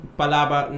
palavra